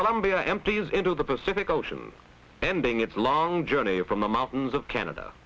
columbia empties into the pacific ocean ending its long journey from the mountains of canada